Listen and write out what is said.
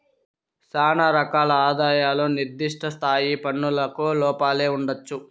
శానా రకాల ఆదాయాలు నిర్దిష్ట స్థాయి పన్నులకు లోపలే ఉండొచ్చు